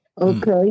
Okay